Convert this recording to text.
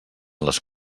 les